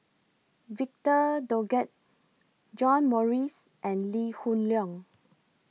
Victor Doggett John Morrice and Lee Hoon Leong